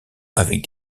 avec